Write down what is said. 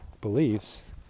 beliefs